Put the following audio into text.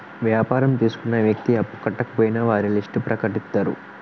వ్యాపారం తీసుకున్న వ్యక్తి అప్పు కట్టకపోయినా వారి లిస్ట్ ప్రకటిత్తరు